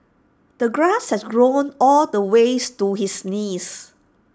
the grass had grown all the way to his knees